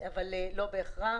אבל לא בהכרח.